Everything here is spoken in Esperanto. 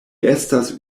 estas